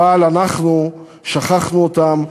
אבל אנחנו שכחנו אותם,